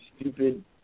stupid